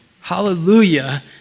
Hallelujah